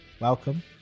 welcome